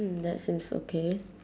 mm that seems okay